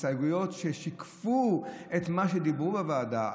הסתייגויות ששיקפו את מה שדיברו בוועדה,